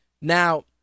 Now